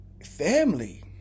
Family